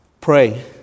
Pray